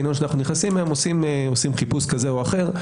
קניון שנכנסים עושים חיפוש כזה או אחר,